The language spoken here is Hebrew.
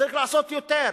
וצריך לעשות יותר,